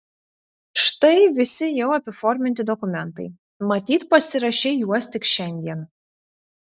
štai visi jau apiforminti dokumentai matyt pasirašei juos tik šiandien